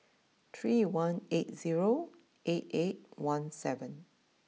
three one eight zero eight eight one seven